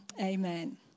amen